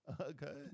Okay